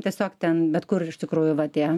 tiesiog ten bet kur iš tikrųjų vat tie